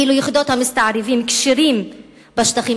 כאילו יחידות המסתערבים כשירות בשטחים